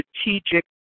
strategic